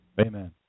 Amen